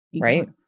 right